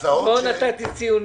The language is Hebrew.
לא נתתי ציונים.